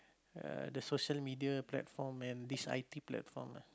uh the social media platform and this i_t platform ah